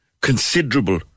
considerable